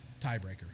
tiebreaker